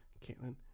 Caitlin